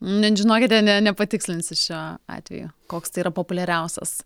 net žinokite ne nepatikslinsiu šiuo atveju koks tai yra populiariausias